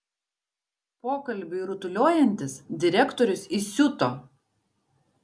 pokalbiui rutuliojantis direktorius įsiuto